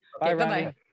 bye-bye